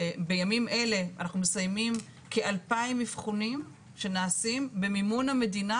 בימים אלה אנחנו מסיימים כ-2,000 אבחונים שנעשים במימון המדינה,